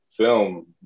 film